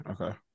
Okay